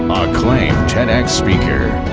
acclaimed tedx speaker.